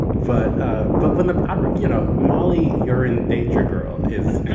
but ah but when the ah but you know, molly, urine danger, girl, is an